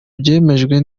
byemejwe